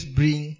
bring